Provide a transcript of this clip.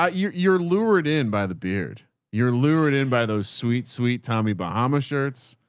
ah you're you're lured in by the beard you're lured in by those sweet, sweet tommy bahama shirts.